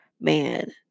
man